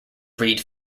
read